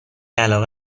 علاقه